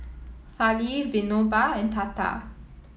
Fali Vinoba and Tata